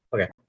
Okay